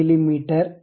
me ಇದೆ